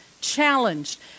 challenged